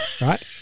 right